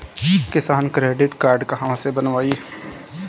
किसान credit card कहवा से बनवाई?